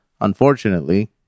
Unfortunately